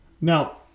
Now